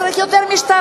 מה זה?